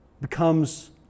becomes